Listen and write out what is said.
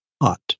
hot